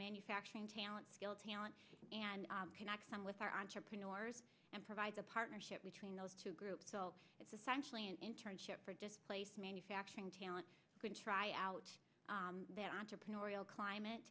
manufacturing talent skill talent and connect them with our entrepreneurs and provide the partnership between those two groups so it's essentially an internship for displaced manufacturing talent could try out that entrepreneurial climate